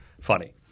Funny